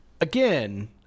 Again